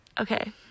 Okay